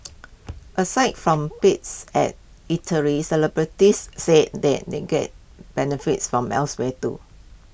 aside from perks at eateries celebrities say that they get benefits from elsewhere too